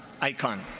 icon